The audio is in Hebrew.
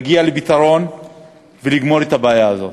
להגיע לפתרון ולגמור את הבעיה הזאת.